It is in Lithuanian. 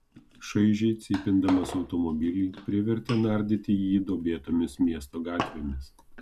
šaižiai cypindamas automobilį privertė nardyti jį duobėtomis miesto gatvėmis